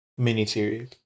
miniseries